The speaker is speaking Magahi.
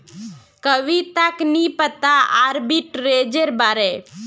कविताक नी पता आर्बिट्रेजेर बारे